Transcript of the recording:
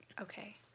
Okay